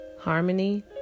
harmony